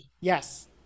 Yes